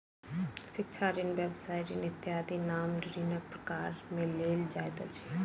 शिक्षा ऋण, व्यवसाय ऋण इत्यादिक नाम ऋणक प्रकार मे लेल जाइत अछि